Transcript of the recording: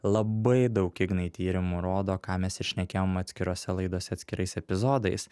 labai daug ignai tyrimų rodo ką mes ir šnekėjom atskirose laidose atskirais epizodais